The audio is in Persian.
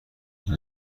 این